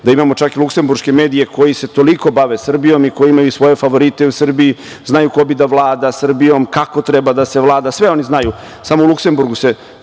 da imamo čak luksemburške medije koji se toliko bave Srbijom i koji imaju svoje favorite u Srbiji, znaju ko bi da vlada Srbijom, kako treba da se vlada, sve oni znaju. Samo u Luksemburgu se